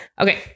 Okay